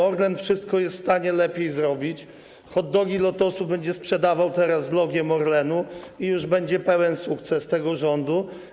Orlen wszystko jest w stanie lepiej zrobić, hot-dogi Lotosu będzie sprzedawał teraz z logo Orlenu i już będzie pełen sukces tego rządu.